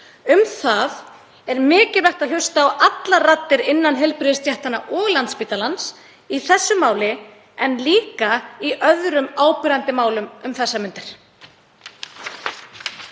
Það er mikilvægt að hlusta á allar raddir innan heilbrigðisstéttanna og Landspítalans í þessu máli en líka í öðrum áberandi málum um þessar mundir.